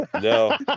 no